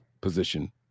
position